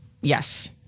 yes